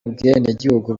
ubwenegihugu